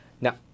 Now